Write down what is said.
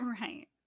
Right